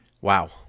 Wow